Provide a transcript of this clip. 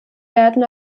werden